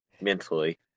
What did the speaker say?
mentally